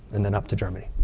and then up to germany.